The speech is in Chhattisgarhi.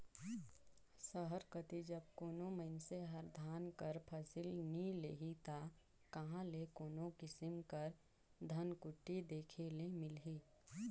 सहर कती जब कोनो मइनसे हर धान कर फसिल नी लेही ता कहां ले कोनो किसिम कर धनकुट्टी देखे ले मिलही